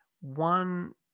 one